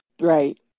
Right